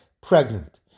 pregnant